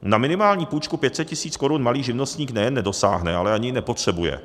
Na minimální půjčku 500 tisíc korun malý živnostník nejen nedosáhne, ale ani ji nepotřebuje.